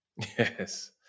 yes